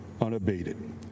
unabated